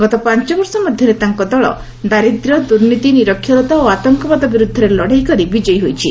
ଗତ ପାଞ୍ଚବର୍ଷ ମଧ୍ୟରେ ତାଙ୍କ ଦଳ ଦାରିଦ୍ର୍ୟଦୁର୍ନୀତି ନିରକ୍ଷରତା ଓ ଆତଙ୍କବାଦ ବିରୁଦ୍ଧରେ ଲଡେଇ କରି ବିଜୟୀ ହୋଇଛି